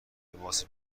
لباس